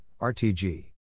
RTG